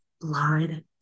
blood